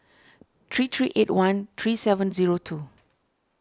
three three eight one three seven zero two